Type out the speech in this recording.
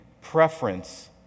preference